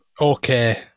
okay